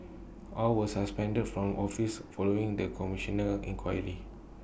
all were suspended from office following the Commissioner's inquiry